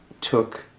took